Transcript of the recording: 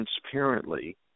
transparently